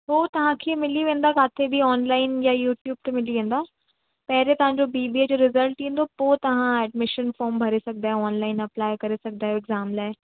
हो तव्हांखे मिली वेंदा किथे बि ऑनलाइन या यूट्यूब ते मिली वेंदव पहिरिएं तव्हांजो बी बी ए जो रिजल्ट ईंदो पोइ तव्हां एडमीशन फ़ोर्म भरे सघंदा आहियो ऑनलाइन अपलाइ करे सघंदा आहियो एग्ज़ाम लाइ